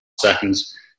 seconds